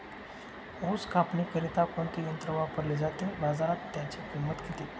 ऊस कापणीकरिता कोणते यंत्र वापरले जाते? बाजारात त्याची किंमत किती?